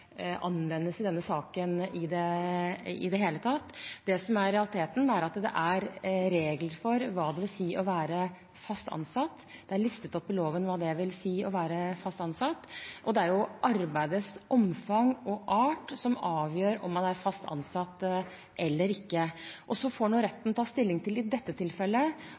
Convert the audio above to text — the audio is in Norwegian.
anvendes i denne saken i det hele tatt. Det som er realiteten, er at det er regler for hva det vil si å være fast ansatt. Det er listet opp i loven hva det vil si å være fast ansatt, og det er arbeidets omfang og art som avgjør om man er fast ansatt eller ikke. Så får retten i dette tilfellet ta stilling til